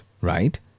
right